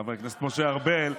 חבר הכנסת משה ארבל,